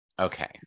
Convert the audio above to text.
Okay